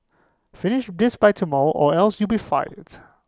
finish this by tomorrow or else you'll be fired